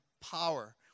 power